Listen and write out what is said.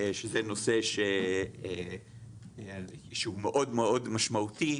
שזה נושא שהוא מאוד-מאוד משמעותי,